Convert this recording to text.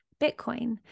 Bitcoin